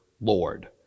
Lord